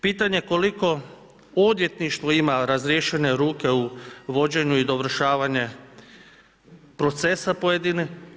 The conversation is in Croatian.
Pitanje koliko odvjetništvo ima razrješenje ruke u vođenju i dovršavanje procesa pojedinog.